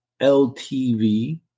LTV